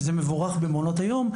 שזה מבורך במעונות היום,